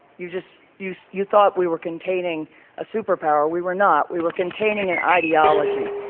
you just you you thought we were containing a superpower. we were not. we were containing an ideology.